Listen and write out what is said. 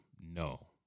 No